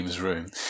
room